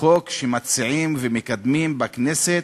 חוק שמציעים ומקדמים בכנסת,